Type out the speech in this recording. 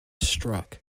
struck